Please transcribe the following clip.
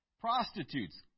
Prostitutes